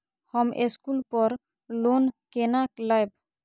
हम स्कूल पर लोन केना लैब?